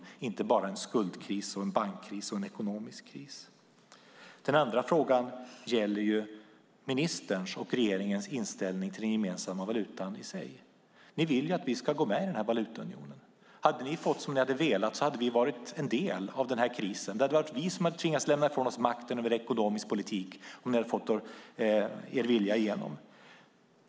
Det är inte bara en skuldkris, en bankkris och en ekonomisk kris. Den andra frågan gäller ministerns och regeringens inställning till den gemensamma valutan i sig. Ni vill att vi ska gå med i den här valutaunionen. Hade ni fått som ni velat hade vi varit en del av den här krisen. Det hade varit vi som tvingats lämna ifrån oss makten över den ekonomiska politiken om ni hade fått er vilja igenom.